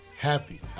Happy